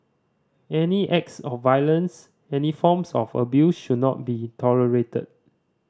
any acts of violence any forms of abuse should not be tolerated